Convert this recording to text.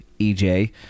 ej